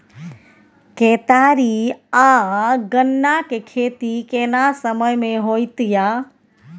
केतारी आ गन्ना के खेती केना समय में होयत या?